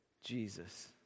Jesus